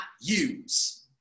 use